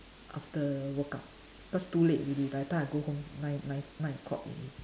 after workout cause too late already by the time I go home nine nine nine o-clock already